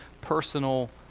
personal